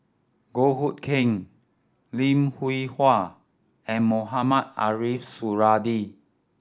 Goh Hood Keng Lim Hwee Hua and Mohamed Ariff Suradi